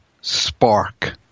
spark